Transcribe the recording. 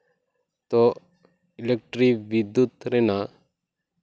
ᱛᱚ ᱤᱞᱮᱠᱴᱨᱤᱠ ᱵᱤᱫᱽᱫᱩᱛ ᱨᱮᱱᱟᱜ